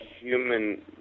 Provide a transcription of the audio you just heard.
human